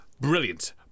Brilliant